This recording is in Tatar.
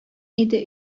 иде